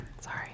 sorry